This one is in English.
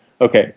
okay